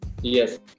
Yes